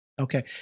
Okay